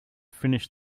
finished